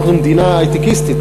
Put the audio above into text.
אנחנו מדינה היי-טקיסטית,